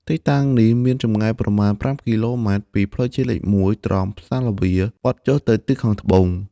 ទីតាំងនេះមានចម្ងាយប្រមាណ ៥ គីឡូម៉ែត្រពីផ្លូវជាតិលេខ ១ (ត្រង់ផ្សារល្វា) បត់ចុះទៅទិសខាងត្បូង។